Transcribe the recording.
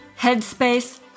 Headspace